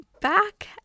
back